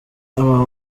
aba